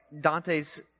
Dante's